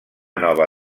nova